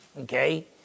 okay